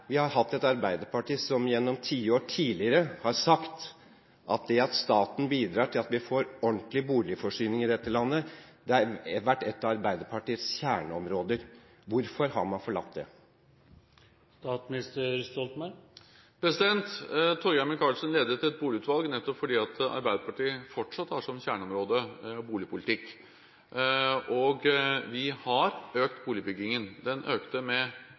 Vi har hatt et Arbeiderparti som gjennom tiår tidligere har sagt at det at staten bidrar til at vi får ordentlig boligforsyning i dette landet, er et av Arbeiderpartiets kjerneområder. Hvorfor har man forlatt det? Torgeir Micaelsen ledet et boligutvalg nettopp fordi Arbeiderpartiet fortsatt har boligpolitikk som kjerneområde. Vi har økt boligbyggingen. Den økte med